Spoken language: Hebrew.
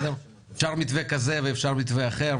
אפשר מתווה כזה ואפשר מתווה אחר,